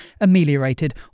ameliorated